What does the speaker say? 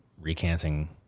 recanting